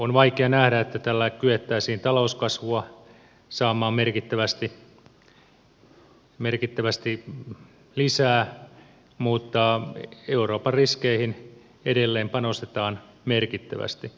on vaikea nähdä että tällä kyettäisiin talouskasvua saamaan merkittävästi lisää mutta euroopan riskeihin edelleen panostetaan merkittävästi